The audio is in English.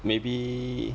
maybe